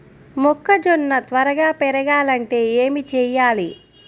మొక్కజోన్న త్వరగా పెరగాలంటే ఏమి చెయ్యాలి?